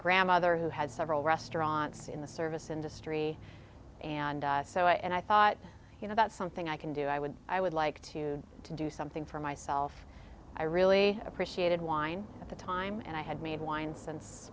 grandmother who had several restaurants in the service industry and so i thought you know that something i can do i would i would like to to do something for myself i really appreciated wine at the time and i had made wine since